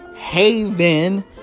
Haven